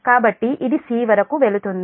కాబట్టి ఇది 'c' వరకు వెళ్తుంది